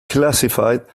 classified